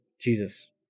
Jesus